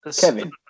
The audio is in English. Kevin